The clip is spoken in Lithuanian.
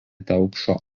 telkšo